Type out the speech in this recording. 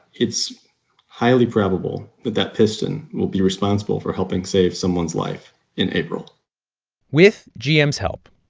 it's highly probable that that piston will be responsible for helping save someone's life in april with gm's help,